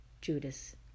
Judas